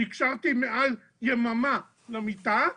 נקשרתי מעל יממה למיטה,